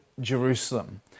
Jerusalem